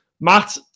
Matt